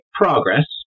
progress